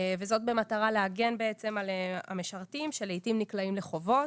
וזאת במטרה להגן בעצם על המשרתים שלעיתים נקלעים לחובות.